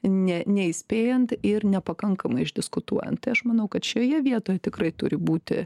ne neįspėjant ir nepakankamai išdiskutuojant tai aš manau kad šioje vietoje tikrai turi būti